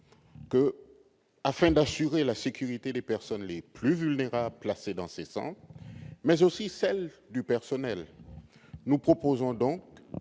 Afin d'assurer la sécurité des personnes les plus vulnérables placées dans ces centres, mais aussi celle du personnel, nous proposons que